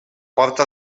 porta